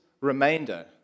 remainder